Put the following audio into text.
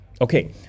Okay